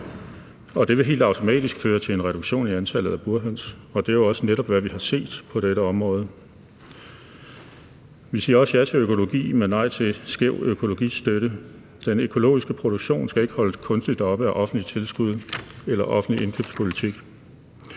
det vil helt automatisk føre til en reduktion i antallet af burhøns, og det er jo også netop, hvad vi har set på dette område. Vi siger også ja til økologi, men nej til en skæv økologistøtte; den økologiske produktion skal ikke holdes kunstigt oppe af offentlige tilskud eller offentlig indkøbspolitik.